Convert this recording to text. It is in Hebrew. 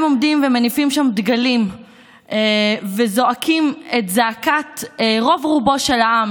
הם עומדים ומניפים שם דגלים וזועקים את זעקת רוב-רובו של העם,